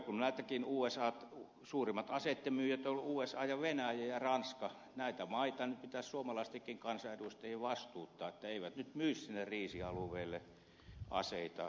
kun suurimmat aseitten myyjät ovat usa venäjä ja ranska niin näitä maita nyt pitäisi suomalaistenkin kansanedustajien vastuuttaa että eivät nyt myisi sinne kriisialueelle aseita